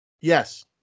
Yes